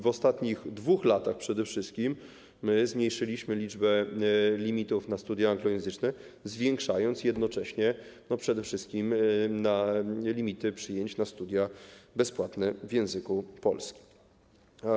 W ostatnich 2 latach przede wszystkim zmniejszyliśmy liczbę limitów na studia anglojęzyczne, zwiększając jednocześnie przede wszystkim limity przyjęć na studia bezpłatne w języku polskim.